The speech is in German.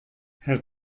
herr